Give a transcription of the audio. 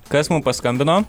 kas mum paskambino